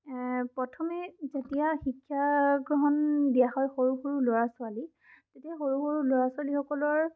প্ৰথমেই যেতিয়া শিক্ষা গ্ৰহণ দিয়া হয় সৰু সৰু ল'ৰা ছোৱালীক তেতিয়া সৰু সৰু ল'ৰা ছোৱালীসকলৰ